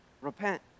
repent